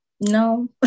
no